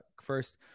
first